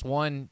one